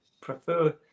prefer